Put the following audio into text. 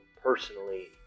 personally